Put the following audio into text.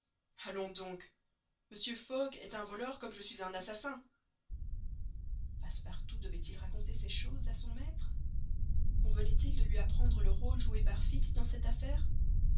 allons donc mr fogg est un voleur comme je suis un assassin passepartout devait-il raconter ces choses à son maître convenait-il de lui apprendre le rôle joué par fix dans cette affaire